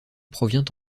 provient